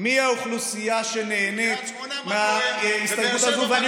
מי האוכלוסייה שנהנית מההסתייגות הזאת.